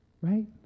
right